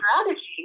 strategy